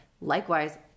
Likewise